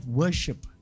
worship